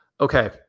okay